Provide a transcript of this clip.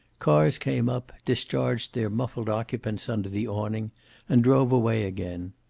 cars came up, discharged their muffled occupants under the awning and drove away again.